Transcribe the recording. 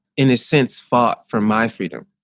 in a sense, far from my freedom.